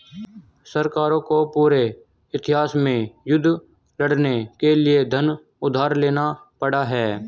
सरकारों को पूरे इतिहास में युद्ध लड़ने के लिए धन उधार लेना पड़ा है